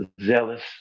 Zealous